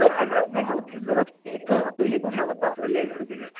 سَر اگر حظ مےٚ ہٮ۪لپٕچ ضوٚرتھ پے تہٕ تُہۍ ہیٚکِوٕ ہٮ۪لٕپ اَتھ رِلیٹٕڈ کٔرِتھ